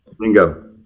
Bingo